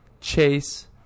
Chase